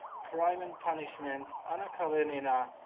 crime and punishment, anna karenina,